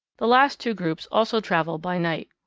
the last two groups also travel by night.